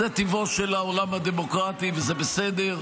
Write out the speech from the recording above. זה טבעו של העולם הדמוקרטי, וזה בסדר.